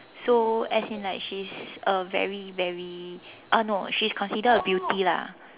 so as in like she's a very very uh no she's considered a beauty lah